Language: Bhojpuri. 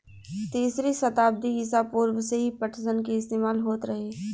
तीसरी सताब्दी ईसा पूर्व से ही पटसन के इस्तेमाल होत रहे